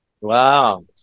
Wow